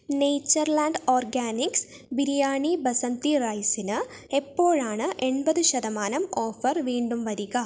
Natureland Organics biryani basmati റൈസിന് എപ്പോഴാണ് എൺപത് ശതമാനം ഓഫർ വീണ്ടും വരിക